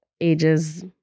ages